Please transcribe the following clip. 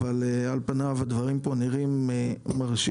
אבל על פניו הדברים פה נראים מרשימים,